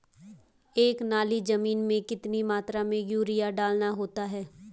एक नाली जमीन में कितनी मात्रा में यूरिया डालना होता है?